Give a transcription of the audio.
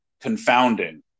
confounding